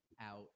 out